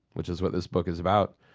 which is what this book is about,